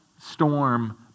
storm